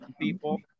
people